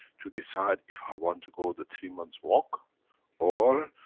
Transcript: to decide if i want to go the three months walk or,